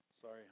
Sorry